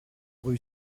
rue